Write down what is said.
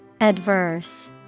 Adverse